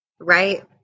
Right